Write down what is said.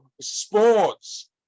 sports